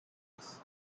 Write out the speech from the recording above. works